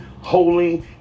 holy